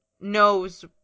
knows